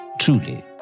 Truly